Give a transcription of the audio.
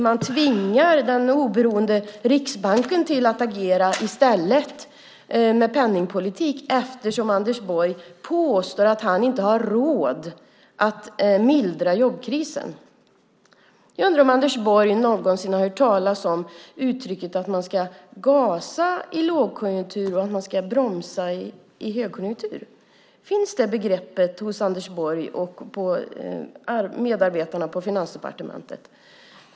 Man tvingar den oberoende Riksbanken att agera med penningpolitik i stället eftersom Anders Borg påstår att han inte har råd att mildra jobbkrisen. Jag undrar om Anders Borg någonsin har hört talas om att man ska gasa i lågkonjunktur och bromsa i högkonjunktur. Känner Anders Borg och hans medarbetare på Finansdepartementet till det?